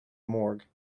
morgue